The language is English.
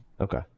Okay